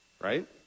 right